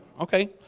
Okay